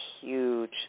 huge